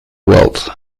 wealth